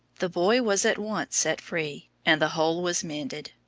the boy was at once set free and the hole was mended.